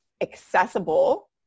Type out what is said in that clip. accessible